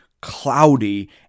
cloudy